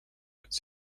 its